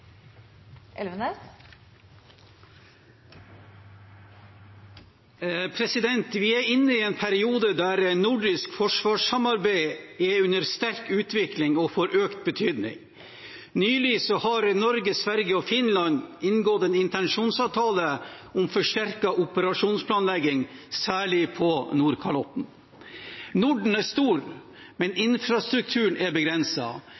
under sterk utvikling og får økt betydning. Nylig har Norge, Sverige og Finland inngått en intensjonsavtale om forsterket operasjonsplanlegging særlig på Nordkalotten. Norden er stort, men infrastrukturen er